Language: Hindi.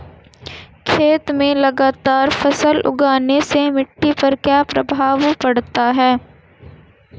खेत में लगातार फसल उगाने से मिट्टी पर क्या प्रभाव पड़ता है?